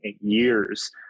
years